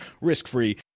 risk-free